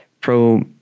Pro